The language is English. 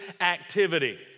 activity